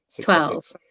twelve